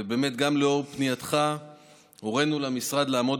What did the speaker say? ובאמת גם לאור פנייתך הורינו למשרד לעמוד